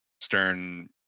stern